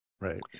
Right